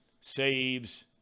saves